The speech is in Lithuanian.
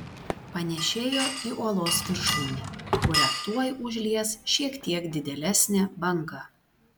panėšėjo į uolos viršūnę kurią tuoj užlies šiek tiek didėlesnė banga